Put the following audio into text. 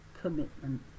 commitment